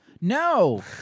No